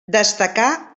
destacà